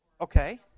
Okay